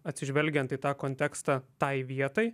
atsižvelgiant į tą kontekstą tai vietai